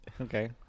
okay